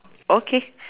okay